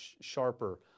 sharper